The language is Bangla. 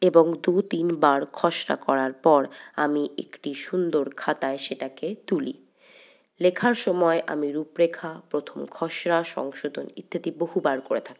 এবং দু তিন বার খসড়া করার পর আমি একটি সুন্দর খাতায় সেটাকে তুলি লেখার সময় আমি রুপরেখা প্রথম খসড়া সংশোধন ইত্যাদি বহুবার করে থাকি